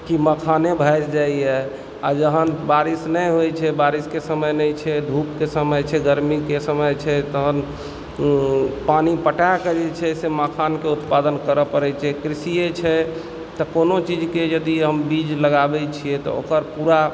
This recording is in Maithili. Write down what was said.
कि मखाने बहि जाइए आ जहन बारिश नहि होइत छै छे बारिश के समय नहि छै धूपके समय छै गरमीके समय छै तहन पानि पटाके जे छै से मखानके उत्पादन करय पड़ै छै कृषिए छै तऽ कोनो चीजके यदि हम बीज लगाबय छिए तऽ ओकर पूरा